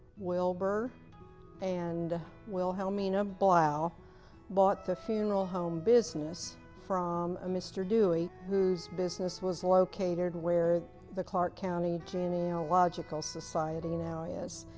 wilbur and wilhelmina blough bought the funeral home business from ah mr. dewey, whose business was located where the clark county genealogical society now is.